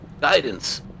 Guidance